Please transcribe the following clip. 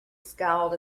scowled